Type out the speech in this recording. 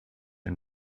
and